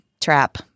trap